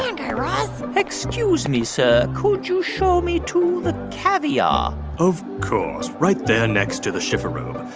and guy raz excuse me, sir. could you show me to the caviar? of course. right there next to the chifferobe.